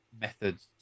methods